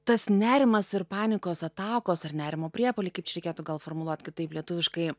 tas nerimas ir panikos atakos ar nerimo priepuoliai kaip čia reikėtų gal formuluot kad taip lietuviškai